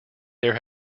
there